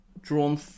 drawn